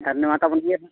ᱟᱨ ᱱᱚᱣᱟᱴᱟᱜᱵᱚᱱ ᱱᱟᱦᱟᱜ